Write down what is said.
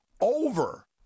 over